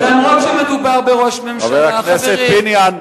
חבר הכנסת פיניאן.